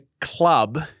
club